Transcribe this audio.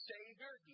Savior